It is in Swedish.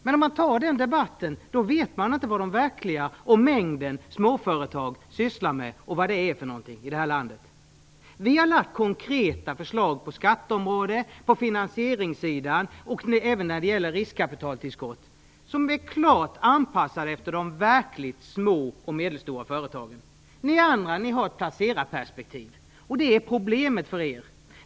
Men om man för debatten på det sättet vet man inte vad den stora mängden småföretag sysslar med, vad småföretag är för någonting här i landet. Vi har lagt fram konkreta förslag på skatteområdet, på finansieringssidan och även när det gäller riskkapitaltillskott, förslag som är klart anpassade efter de verkligt små och medelstora företagen. Ni andra har ett placerarperspektiv, och det är problemet för er.